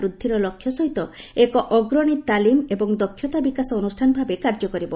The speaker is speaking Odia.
ବୃଦ୍ଧିର ଲକ୍ଷ୍ୟ ସହିତ ଏକ ଅଗ୍ରଶୀ ତାଲିମ ଏବଂ ଦକ୍ଷତା ବିକାଶ ଅନୁଷ୍ଠାନ ଭାବେ କାର୍ଯ୍ୟ କରିବ